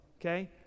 Okay